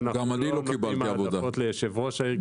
אנחנו לא נותנים העדפות ליושב ראש הארגון.